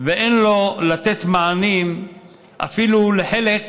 ואין לו לתת מענים אפילו לחלק